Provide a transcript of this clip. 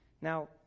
Now